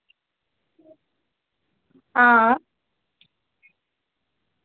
हां